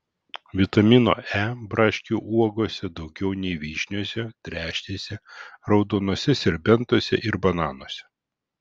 vitamino e braškių uogose daugiau nei vyšniose trešnėse raudonuose serbentuose ir bananuose